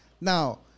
Now